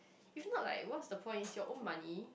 if not like what's the point it's your own money